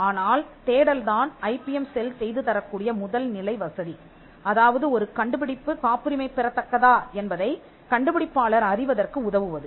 ஆனால் தேடல் தான் ஐபிஎம் செல் செய்து தரக்கூடிய முதல் நிலை வசதி அதாவது ஒரு கண்டுபிடிப்பு காப்புரிமை பெறத் தக்கதா என்பதைக் கண்டுபிடிப்பாளர் அறிவதற்கு உதவுவது